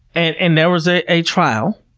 and and there was a a trial.